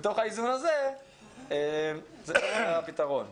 בתוך האיזון הזה נמצא הפתרון.